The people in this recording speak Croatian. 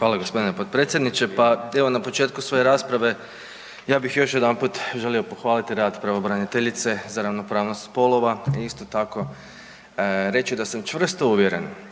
Hvala gospodine potpredsjedniče. Pa evo na početku svoje rasprave ja bih još jedanput želio pohvaliti rad pravobraniteljice za ravnopravnost spolova i isto tako reći da sam čvrsto uvjeren